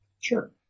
Sure